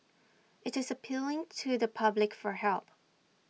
IT is appealing to the public for help